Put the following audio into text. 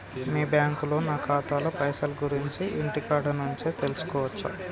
మీ బ్యాంకులో నా ఖాతాల పైసల గురించి ఇంటికాడ నుంచే తెలుసుకోవచ్చా?